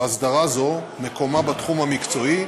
והסדרה זו מקומה בתחום המקצועי,